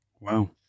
Wow